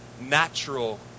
natural